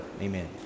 Amen